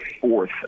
fourth